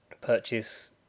purchase